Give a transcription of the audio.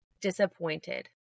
disappointed